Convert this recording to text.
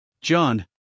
John